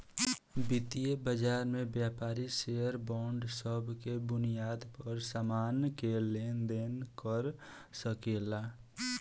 वितीय बाजार में व्यापारी शेयर बांड सब के बुनियाद पर सामान के लेन देन कर सकेला